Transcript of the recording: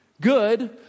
Good